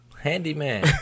Handyman